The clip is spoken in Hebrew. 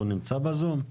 נמצא איתנו בזום?